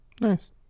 Nice